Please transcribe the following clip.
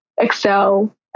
excel